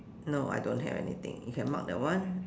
no I don't have anything you can mark that one